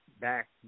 back